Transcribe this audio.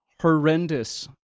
horrendous